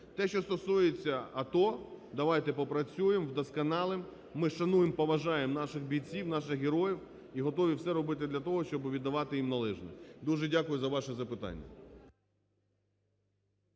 Те, що стосується АТО, давайте попрацюємо, вдосконалимо. Ми шануємо, поважаємо наших бійців, наших героїв і готові все робити для того, щоб віддавати їм належне. Дуже дякую за ваше запитання.